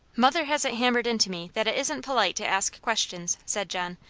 mother has it hammered into me that it isn't polite to ask questions, said john,